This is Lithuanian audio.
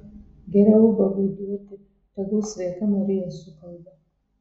geriau ubagui duoti tegul sveika marija sukalba